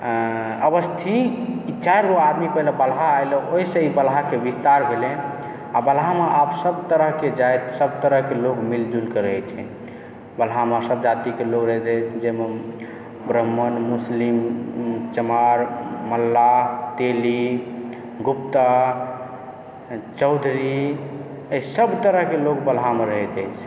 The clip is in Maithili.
अवस्थी ई चारि गो आदमी पहिने बलहा अयलनि ओहिसँ ई बलहाके विस्तार भेलैक आओर बलहामे आब सब तरहके जाति सब तरहके लोग मिलि जुलिकऽ रहै छै बलहामे सब जातिके लोग रहै छै जाहिमे ब्राह्मण मुस्लिम चमार मल्लाह तेली गुप्ता चौधरी एहि सब तरहके लोग बलहामे रहैत अछि